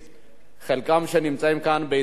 חלקם נמצאים כאן ביציע האורחים,